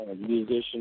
musician